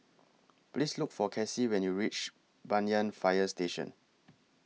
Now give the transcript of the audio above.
Please Look For Cassie when YOU REACH Banyan Fire Station